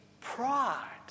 pride